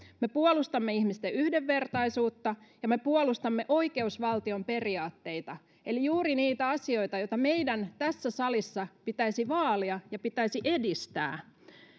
me puolustamme ihmisten yhdenvertaisuutta ja me puolustamme oikeusvaltion periaatteita eli juuri niitä asioita joita meidän tässä salissa pitäisi vaalia ja pitäisi edistää